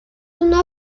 una